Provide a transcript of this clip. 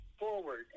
Forward